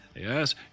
yes